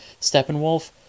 Steppenwolf